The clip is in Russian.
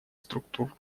структур